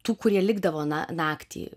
tų kurie likdavo na naktį